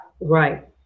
Right